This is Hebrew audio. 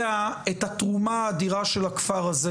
יודע את התרומה האדירה של הכפר הזה